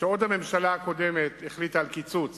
שהממשלה הקודמת החליטה על קיצוץ